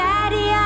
Daddy